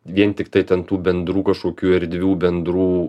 vien tiktai ten tų bendrų kažkokių erdvių bendrų